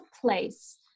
place